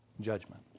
Judgment